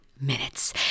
minutes